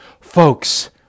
folks